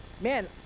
Man